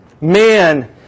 Man